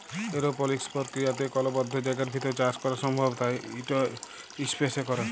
এরওপলিক্স পর্কিরিয়াতে কল বদ্ধ জায়গার ভিতর চাষ ক্যরা সম্ভব তাই ইট ইসপেসে ক্যরে